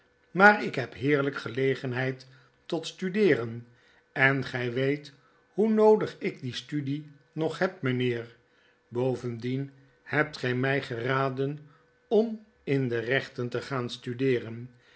maar ik heb heerlyk gelegenheid tot studeeren en gy weet hoe noodig ik diestudienog heb mijnheer bovendien hebt gy my geraden om in de rechten te gaan studeeren